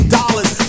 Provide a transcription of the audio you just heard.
dollars